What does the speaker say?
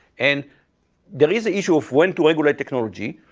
and there is the issue of when to regulate technology.